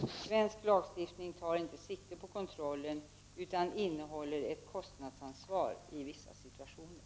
Svensk lagstiftning tar inte sikte på kontrollen utan innehåller ett kostnadsansvar i vissa situationer.